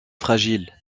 fragile